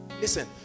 Listen